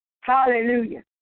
Hallelujah